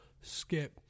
Skip